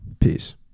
Peace